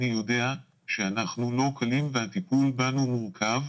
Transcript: אני יודע שאנחנו לא קלים והטיפול בנו מורכב,